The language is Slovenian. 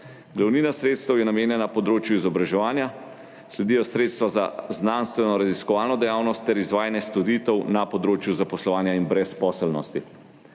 Glavnina sredstev je namenjena področju izobraževanja, sledijo sredstva za znanstvenoraziskovalno dejavnost ter izvajanje storitev na področju zaposlovanja in brezposelnosti.